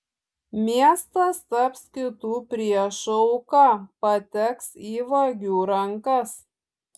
miestas taps kitų priešų auka pateks į vagių rankas